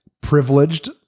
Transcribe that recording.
privileged